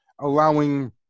allowing